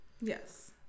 Yes